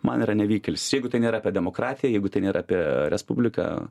man yra nevykėlis jeigu tai nėra apie demokratiją jeigu tai nėra apie respubliką